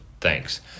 Thanks